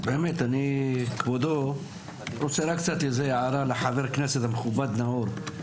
כבודו, באמת אני רוצה רק הערה לח"כ המכובד נאור.